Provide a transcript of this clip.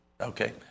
Okay